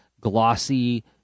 glossy